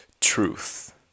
truth